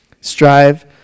strive